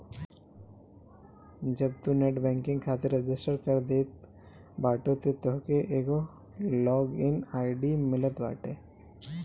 जब तू net banking खातिर रजिस्टर कर देत बाटअ तअ तोहके एगो लॉग इन आई.डी मिलत बाटे